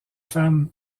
femme